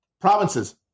provinces